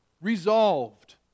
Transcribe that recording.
resolved